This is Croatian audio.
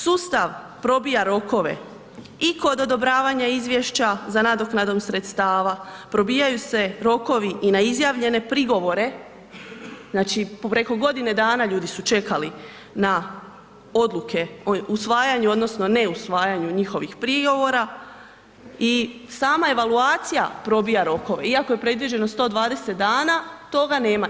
Sustav probija rokovi i kod odobravanja izvješća za nadoknadom sredstava, probijaju se rokovi i na izjavljene prigovore, znači, preko godine dana, ljudi su čekali na odluke usvajanju, odnosno neusvajanju njihovih prigovora i sama evaluacija probija rokove, iako je predviđeno 120 dana, toga nema.